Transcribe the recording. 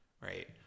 right